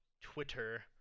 twitter